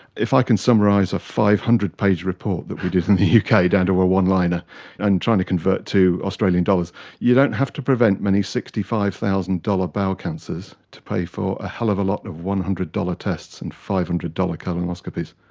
if i can summarise a five hundred page report that we did in the uk ah down to a one-liner and trying to convert to australian dollars you don't have to prevent many sixty five thousand dollars bowel cancers to pay for a hell of a lot of one hundred dollars tests and five hundred dollars colonoscopies.